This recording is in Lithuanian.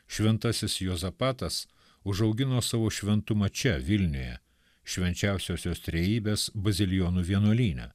šventasis juozapatas užaugino savo šventumą čia vilniuje švenčiausiosios trejybės bazilijonų vienuolyne